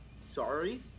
sorry